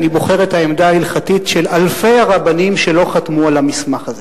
אני בוחר את העמדה ההלכתית של אלפי הרבנים שלא חתמו על המסמך הזה.